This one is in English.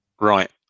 right